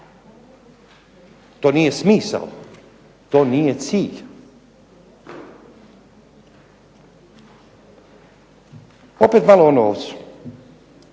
To nije smisao, to nije cilj. Opet malo o novcu.